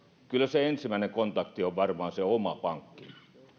kyllä se ensimmäinen kontakti on varmaan se oma pankki